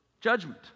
judgment